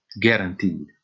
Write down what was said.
Guaranteed